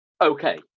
okay